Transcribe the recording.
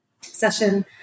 session